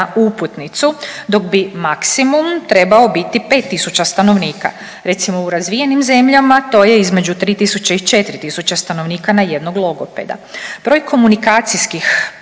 uputnicu dok bi maksimum trebao biti 5.000 stanovnika. Recimo u razvijenim zemljama to je između 3.000 i 4.000 stanovnika na jednog logopeda. Broj komunikacijskih